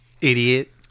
Idiot